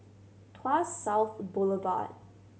Tuas South Boulevard